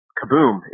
kaboom